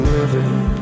Living